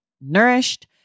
nourished